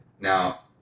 Now